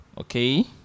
Okay